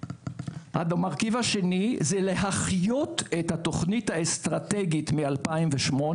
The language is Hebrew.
המרכיב השני זה להחיות את התוכנית האסטרטגית מ-2008